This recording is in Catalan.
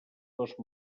dos